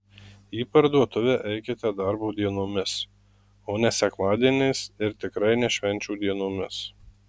į parduotuvę eikite darbo dienomis o ne sekmadieniais ir tikrai ne švenčių dienomis